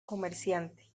comerciante